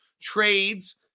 trades